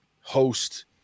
host